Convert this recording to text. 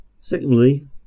Secondly